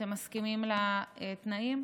שאתם מסכימים לתנאים?